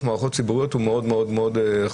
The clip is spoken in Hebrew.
מערכות ציבוריות הוא מאוד מאוד חריג.